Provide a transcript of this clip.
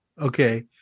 Okay